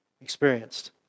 experienced